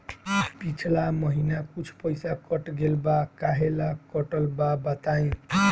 पिछला महीना कुछ पइसा कट गेल बा कहेला कटल बा बताईं?